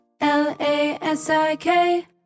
L-A-S-I-K